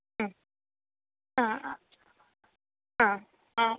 ഉം ആ അ ആ ആ